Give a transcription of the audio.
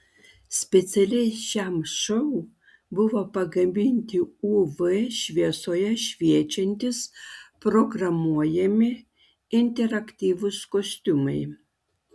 specialiai šiam šou buvo pagaminti uv šviesoje šviečiantys programuojami interaktyvūs kostiumai